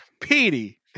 Petey